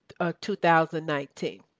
2019